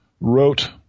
wrote